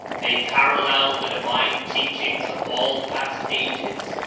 they parallel the divine teach ings of all past ages,